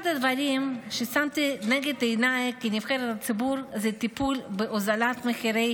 אחד הדברים ששמתי לנגד עיניי כנבחרת ציבור זה טיפול בהורדת מחירי